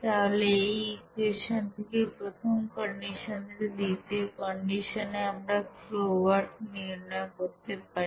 তাহলে এই ইকুয়েশন থেকে প্রথম কন্ডিশন থেকে দ্বিতীয় কন্ডিশনে আমরা ফ্লো ওয়ার্ক নির্ণয় করতে পারি